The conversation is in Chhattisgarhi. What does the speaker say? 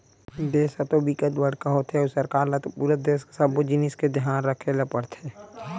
देस ह तो बिकट बड़का होथे अउ सरकार ल पूरा देस के सब्बो जिनिस के धियान राखे ल परथे